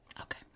okay